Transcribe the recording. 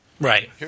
right